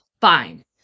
fine